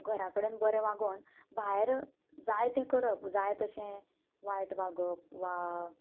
घरा कडेन बरें वागोवन भायर जाय तें करप जाय तशें वायट वागप वा